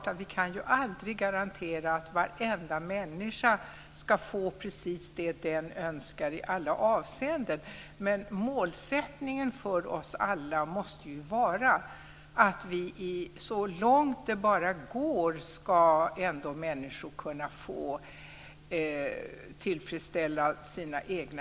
Självklart kan vi aldrig garantera att varenda människa ska få precis vad han eller hon önskar i alla avseenden men målsättningen för oss alla måste vara att så långt det bara går ska människor kunna få sina behov tillfredsställda.